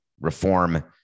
reform